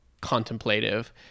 contemplative